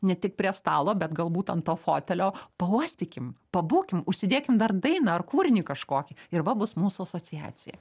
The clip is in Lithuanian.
ne tik prie stalo bet galbūt ant to fotelio pauostykim pabūkim užsidėkim dar dainą ar kūrinį kažkokį ir va bus mūsų asociacija